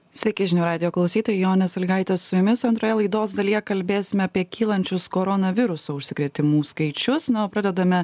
sveiki žinių radijo klausytojai jonė salygaitė su jumis antroje laidos dalyje kalbėsime apie kylančius koronaviruso užsikrėtimų skaičius na o pradedame